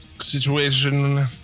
situation